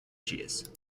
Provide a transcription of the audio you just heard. cheese